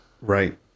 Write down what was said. Right